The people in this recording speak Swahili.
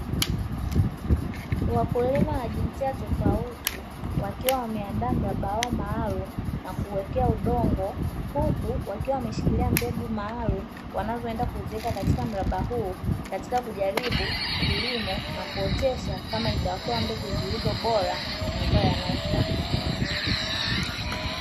Wakulima wa jinsia tofauti wakiwa wameandaa mraba wao maalumu na kuwekea udongo, huku wakiwa wameshikilia mbegu maalumu wanazoenda kuziweka katika mraba huo katika kujaribu kilimo na kuotesha, kama itatoa mbegu zilizo bora na mazao yanayofaa.